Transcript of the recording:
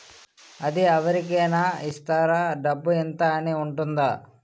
అది అవరి కేనా ఇస్తారా? డబ్బు ఇంత అని ఉంటుందా?